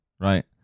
right